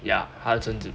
yeah 她准准